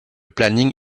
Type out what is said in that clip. planning